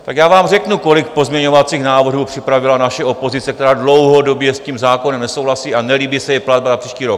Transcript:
Tak já vám řeknu, kolik pozměňovacích návrhů připravila naše opozice, která dlouhodobě s tím zákonem nesouhlasí a nelíbí se jí platba na příští rok.